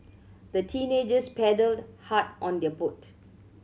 the teenagers paddled hard on their boat